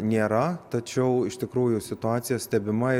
nėra tačiau iš tikrųjų situacija stebima